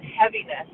heaviness